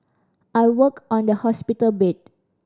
I worked on the hospital